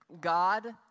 God